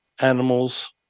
animals